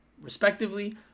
respectively